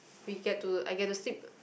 we get to I get to sleep